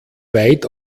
weit